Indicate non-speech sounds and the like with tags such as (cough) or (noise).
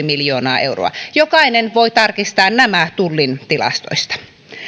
(unintelligible) miljoonaa euroa jokainen voi tarkistaa nämä tullin tilastoista